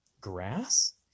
grass